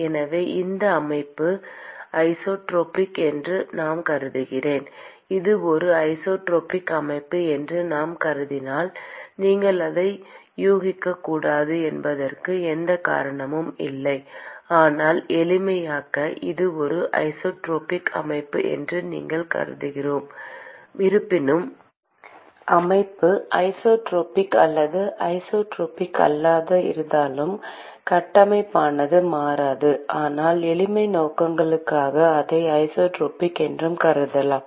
எனவே இந்த அமைப்பு ஐசோட்ரோபிக் என்று நான் கருதுகிறேன் இது ஒரு ஐசோட்ரோபிக் அமைப்பு என்று நான் கருதினால் நீங்கள் அதை யூகிக்கக்கூடாது என்பதற்கு எந்த காரணமும் இல்லை ஆனால் எளிமைக்காக இது ஒரு ஐசோட்ரோபிக் அமைப்பு என்று நாம்கருதுகிறோம் இருப்பினும் அமைப்பு ஐசோட்ரோபிக் அல்லது ஐசோட்ரோபிக் அல்லாததாக இருந்தாலும் கட்டமைப்பானது மாறாது ஆனால் எளிமை நோக்கங்களுக்காக அதை ஐசோட்ரோபிக் என்று கருதுகிறோம்